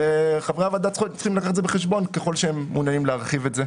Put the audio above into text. חברי הוועדה צריכים לקחת זאת בחשבון ככל שהם מעוניינים להרחיב את זה.